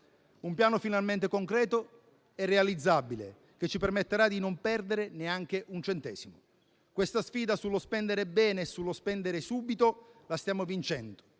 un Piano finalmente concreto e realizzabile, che ci permetterà di non perdere neanche un centesimo. Questa sfida sullo spendere bene e sullo spendere subito la stiamo vincendo